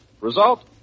Result